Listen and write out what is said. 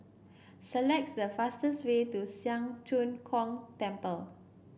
select the fastest way to Siang Cho Keong Temple